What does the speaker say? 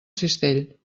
cistell